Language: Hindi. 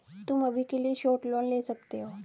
तुम अभी के लिए शॉर्ट लोन ले सकते हो